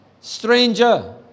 stranger